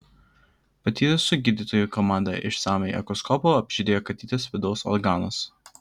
patyrusių gydytojų komanda išsamiai echoskopu apžiūrėjo katytės vidaus organus